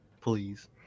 Please